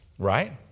Right